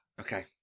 Okay